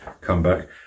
comeback